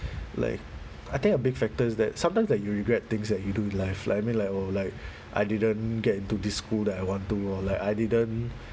like I think a big factors that sometimes that you regret things that you do in life like I mean like oh like I didn't get into this school that I want to or like I didn't